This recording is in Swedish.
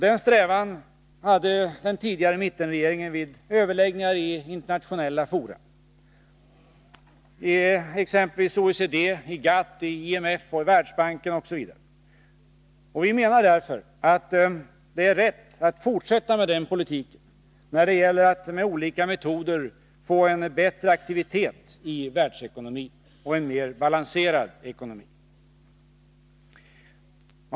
Den strävan hade den tidigare mittenregeringen vid överläggningar i internationella fora sisom OECD, GATT, IMF, Världsbanken osv. Vi menar därför att det är rätt att fortsätta med den politiken när det gäller att med olika metoder få en bättre aktivitet i världsekonomin och en mer balanserad ekonomi.